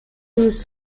these